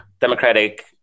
democratic